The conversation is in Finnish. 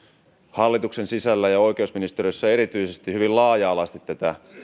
hallituksen sisällä ja oikeusministeriössä erityisesti hyvin laaja alaisesti tätä